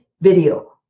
video